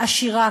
עשירה,